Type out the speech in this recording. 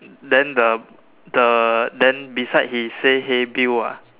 then the the then beside he say hey Bill ah